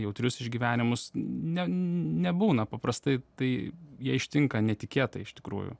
jautrius išgyvenimus ne ne nebūna paprastai tai jie ištinka netikėtai iš tikrųjų